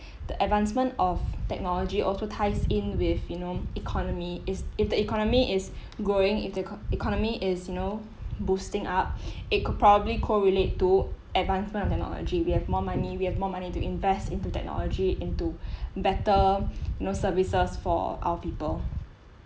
the advancement of technology also ties in with you know economy is if the economy is growing if the eco~ economy is you know boosting up it could probably correlate to advancement of technology we have more money we have more money to invest into technology into better know services for our people